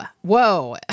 whoa